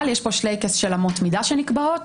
אבל יש פה שלייקס של אמות מידה שנקבעות,